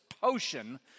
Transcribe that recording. potion